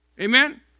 Amen